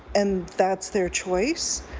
and that's their choice.